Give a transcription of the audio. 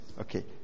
Okay